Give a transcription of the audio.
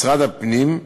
משרד הפנים,